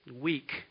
weak